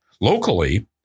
Locally